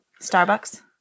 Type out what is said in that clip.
Starbucks